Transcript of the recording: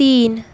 তিন